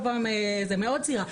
מאוד צעירה,